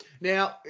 Now